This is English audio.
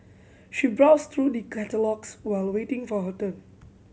she browsed through the catalogues while waiting for her turn